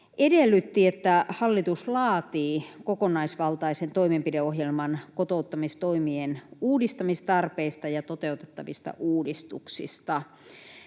edellytti, että hallitus laatii kokonaisvaltaisen toimenpideohjelman kotouttamistoimien uudistamistarpeesta ja toteutettavista uudistuksista,